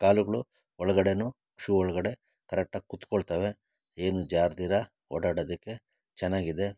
ಕಾಲುಗಳು ಒಳಗಡೆನು ಶೂ ಒಳಗಡೆ ಕರೆಕ್ಟಾಗಿ ಕೂತ್ಕೊಳ್ತವೆ ಏನು ಜಾರದಿರ ಓಡಾಡೋದಕ್ಕೆ ಚೆನ್ನಾಗಿದೆ